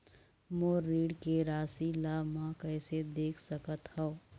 मोर ऋण के राशि ला म कैसे देख सकत हव?